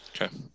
Okay